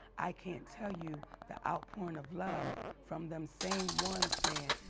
i can't tell you the outpouring of love from them same ones saying,